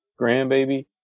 grandbaby